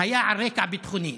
היה על רקע ביטחוני.